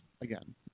again